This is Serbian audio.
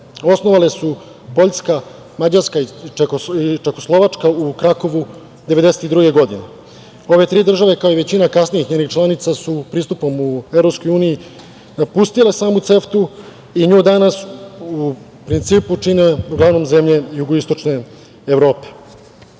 osnovale su Poljska, Mađarska i Čehoslovačka u Krakovu 1992. godine. Ove tri države, kao i većina kasnijih njenih članica su pristupom u EU napustile samu CEFTU i nju danas u principu čine uglavnom zemlje Jugoistočne Evrope. Danas